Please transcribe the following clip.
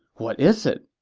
what is it?